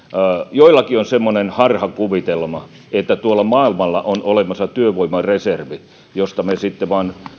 joillakin on semmoinen harhakuvitelma että tuolla maailmalla on olemassa työvoimareservi josta me sitten vain